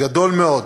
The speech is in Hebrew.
גדול מאוד,